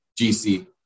GC